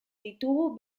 ditugu